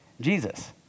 Jesus